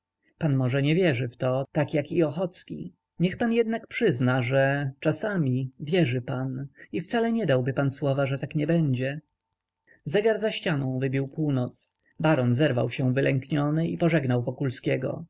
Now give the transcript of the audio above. pan może nie wierzy w to tak jak i ochocki niech pan jednak przyzna że czasem wierzy pan i wcale nie dałby pan słowa że tak nie będzie zegar za ścianą wybił północ baron zerwał się wylękniony i pożegnał wokulskiego w